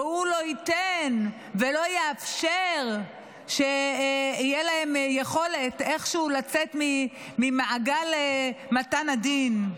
והוא לא ייתן ולא יאפשר שתהיה להם יכולת איכשהו לצאת ממעגל מתן הדין.